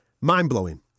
Mind-blowing